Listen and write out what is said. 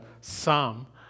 psalm